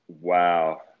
Wow